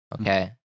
Okay